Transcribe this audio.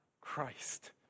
Christ